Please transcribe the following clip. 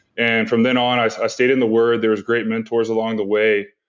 and from then on, i i stayed in the word. there was great mentors along the way.